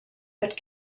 but